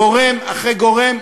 גורם אחרי גורם,